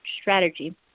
strategy